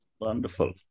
Wonderful